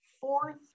fourth